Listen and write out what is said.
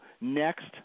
next